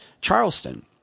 Charleston